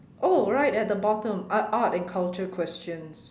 oh right at the bottom art art and culture questions